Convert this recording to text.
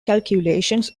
calculations